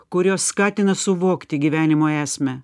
kurios skatina suvokti gyvenimo esmę